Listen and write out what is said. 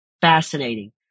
fascinating